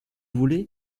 voulez